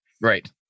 Right